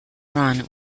run